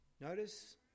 Notice